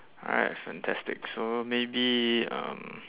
alright fantastic so maybe um